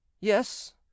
Yes